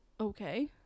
okay